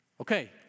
Okay